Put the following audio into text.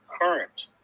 current